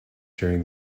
during